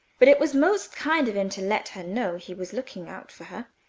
but it was most kind of him to let her know he was looking out for her.